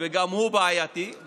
והוא בעייתי.